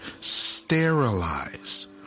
sterilize